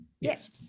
Yes